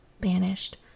banished